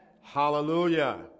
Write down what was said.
Hallelujah